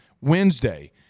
Wednesday